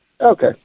Okay